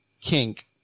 kink